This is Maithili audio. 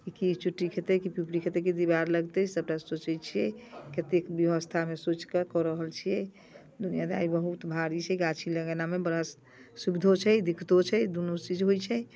कि चुट्टी खेतै कि फुफरी खेतै कि दीवार लगतै सभटा सोचै छियै कत्ते व्यवस्थामे सोचि कऽ कऽ रहल छियै दुनिआमे बहुत भारी छै गाछी लगेनेमे बड़ा सुविधो छै दिक्कतो छै दुनू चीज होइ छै